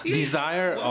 desire